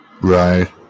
Right